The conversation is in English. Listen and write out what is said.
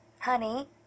Honey